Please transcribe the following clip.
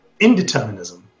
indeterminism